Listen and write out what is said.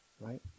right